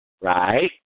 right